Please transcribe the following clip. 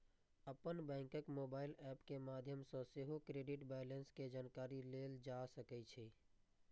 अपन बैंकक mobile app के माध्यम सं सेहो क्रेडिट बैंलेंस के जानकारी लेल जा सकै छै